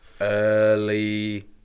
early